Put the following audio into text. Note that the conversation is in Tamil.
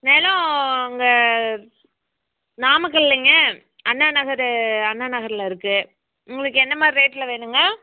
நிலம் அங்கே நாமக்கல்லிலைங்க அண்ணாநகர் அண்ணாநகர்ல இருக்குது உங்களுக்கு என்னமாதிரி ரேட்ல வேணுங்க